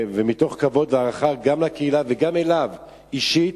מתוך כבוד והערכה גם לקהילה וגם אליו אישית,